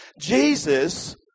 Jesus